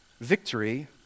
victory